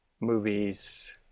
movies